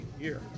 year